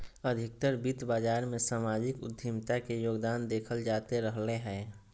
अधिकतर वित्त बाजार मे सामाजिक उद्यमिता के योगदान देखल जाते रहलय हें